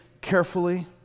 carefully